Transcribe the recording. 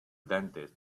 dentist